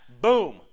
Boom